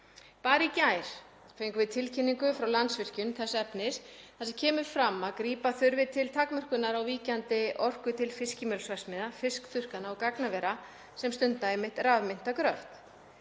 Bara í gær fengum við tilkynningu frá Landsvirkjun þess efnis að grípa þurfi til takmörkunar á víkjandi orku til fiskimjölsverksmiðja, fiskþurrkunar og gagnavera sem stunda rafmyntagröft.